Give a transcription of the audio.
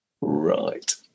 Right